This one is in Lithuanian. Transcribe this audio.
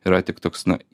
yra tik toks na